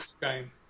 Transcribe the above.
game